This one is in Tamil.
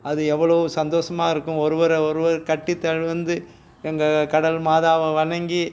அது எவ்வளவு சந்தோஷமாக இருக்கும் ஒருவரை ஒருவர் கட்டித் தழுவுன்து எங்கள் கடல் மாதாவை வணங்கி